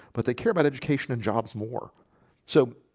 but they care about education and jobs more so,